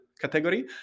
category